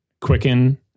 Quicken